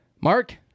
Mark